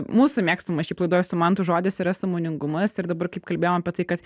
mūsų mėgstamas šiaip laidoj su mantu žodis yra sąmoningumas ir dabar kaip kalbėjom apie tai kad